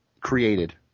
created –